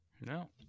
No